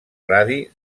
radi